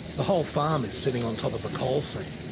the whole farm is sitting on top of a coal seam.